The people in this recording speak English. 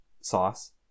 sauce